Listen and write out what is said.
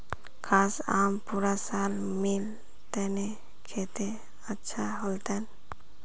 काश, आम पूरा साल मिल तने कत्ते अच्छा होल तने